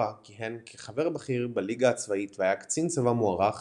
כיהן כחבר בכיר בליגה הצבאית והיה קצין צבא מוערך